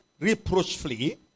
Reproachfully